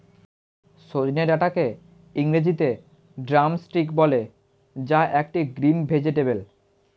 সজনে ডাটাকে ইংরেজিতে ড্রামস্টিক বলে যা একটি গ্রিন ভেজেটাবেল